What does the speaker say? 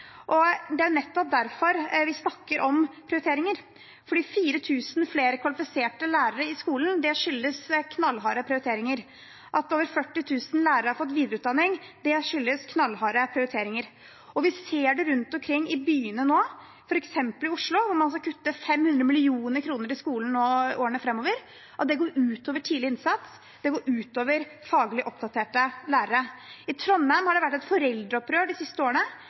Det er nettopp derfor vi snakker om prioriteringer – 4 000 flere kvalifiserte lærere i skolen skyldes knallharde prioriteringer. At over 40 000 lærere har fått videreutdanning skyldes knallharde prioriteringer. Vi ser rundt omkring i byene nå, f.eks. i Oslo, hvor man skal kutte 500 mill. kr til skolen i årene framover, at det går ut over tidlig innsats, det går ut over faglig oppdaterte lærere. I Trondheim har det vært et foreldreopprør de siste årene,